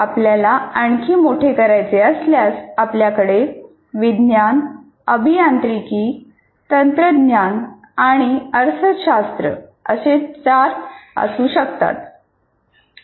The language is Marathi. आपल्याला आणखी मोठे करायचे असल्यास आपल्याकडे विज्ञान अभियांत्रिकी तंत्रज्ञान आणि अर्थशास्त्र असे चार असू शकतात